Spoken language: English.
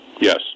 Yes